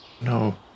No